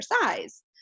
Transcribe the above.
size